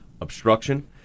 obstruction